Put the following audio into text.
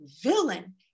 villain